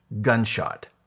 gunshot